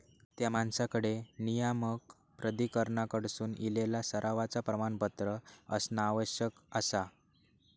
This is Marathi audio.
त्या माणसाकडे नियामक प्राधिकरणाकडसून इलेला सरावाचा प्रमाणपत्र असणा आवश्यक आसा